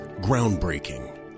Groundbreaking